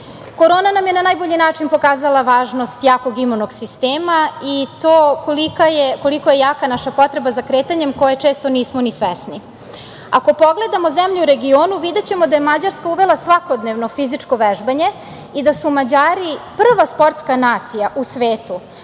Korona nam je na najbolji način pokazala važnost jakog imunog sistema i to koliko je jaka naša potreba za kretanjem koje često nismo ni svesni. Ako pogledamo zemlje u regionu, videćemo da je Mađarska uvela svakodnevno fizičko vežbanje i da su Mađari prva sportska nacija u svetu